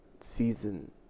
season